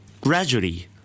Gradually